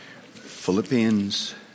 Philippians